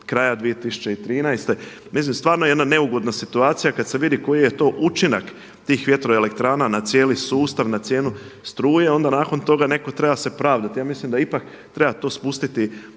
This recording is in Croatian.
kraja 2013. Mislim stvarno jedna neugodna situacija kad se vidi koji je to učinak tih vjetroelektrana na cijeli sustav, na cijenu struje. Onda nakon toga netko treba se pravdati. Ja mislim da ipak treba to spustiti